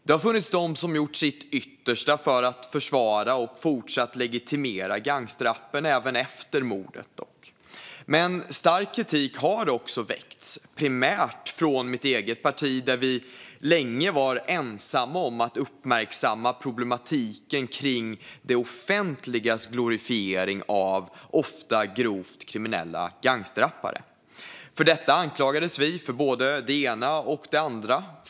Det har dock funnits de som har gjort sitt yttersta för att försvara och fortsatt legitimera gangsterrappen även efter mordet. Men stark kritik har också väckts primärt från mitt eget parti där vi länge var ensamma om att uppmärksamma problematiken kring det offentligas glorifiering av ofta grovt kriminella gangsterrappare. För detta anklagades vi för både det ena och det andra.